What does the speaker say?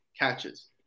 catches